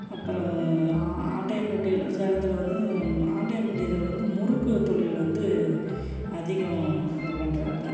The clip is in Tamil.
அப்புறோம் ஆட்டையாம்பட்டியில் சேலத்தில் வந்து ஆட்டையாம்பட்டியத்தில் வந்து முறுக்கு தொழில் வந்து அதிகம் இது பண்ணுறாங்க